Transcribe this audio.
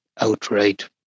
outright